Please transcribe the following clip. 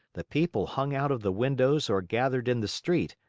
the people hung out of the windows or gathered in the street,